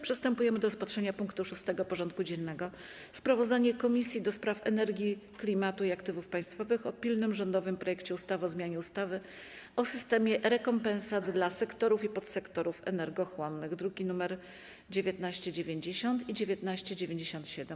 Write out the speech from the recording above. Przystępujemy do rozpatrzenia punktu 6. porządku dziennego: Sprawozdanie Komisji do Spraw Energii, Klimatu i Aktywów Państwowych o pilnym rządowym projekcie ustawy o zmianie ustawy o systemie rekompensat dla sektorów i podsektorów energochłonnych (druki nr 1990 i 1997)